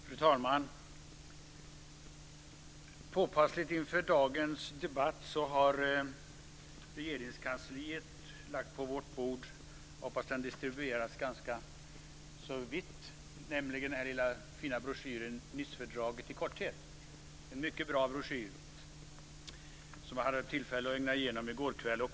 Fru talman! Påpassligt inför dagens debatt har Regeringskansliet lagt på vårt bord - jag hoppas att den får en vid distribution - den lilla fina broschyren Nicefördraget i korthet. Det är en mycket bra broschyr som jag hade tillfälle att ögna igenom i går kväll.